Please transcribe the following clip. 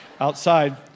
outside